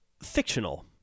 fictional